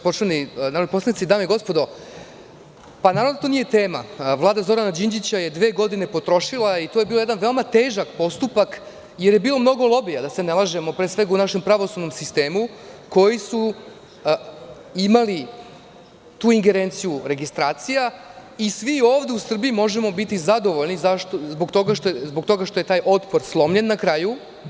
Poštovani narodni poslanici, dame i gospodo, naravno da to nije tema, Vlada Zorana Đinđića je dve godine potrošila i to je bio jedan veoma težak postupak jer je bilo mnogo lobija, da se ne lažemo, pre svega u našem pravosudnom sistemu, koji su imali tu ingerenciju registracija i svi ovde u Srbiji možemo biti zadovoljni zbog toga što je taj otpor slomljen na kraju.